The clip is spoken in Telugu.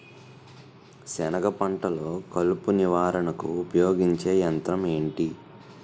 సెనగ పంటలో కలుపు నివారణకు ఉపయోగించే యంత్రం ఏంటి?